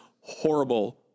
horrible